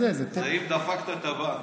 זה אם דפקת את הבנק,